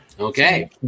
Okay